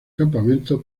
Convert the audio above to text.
campamento